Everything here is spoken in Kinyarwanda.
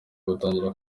gutangira